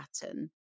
pattern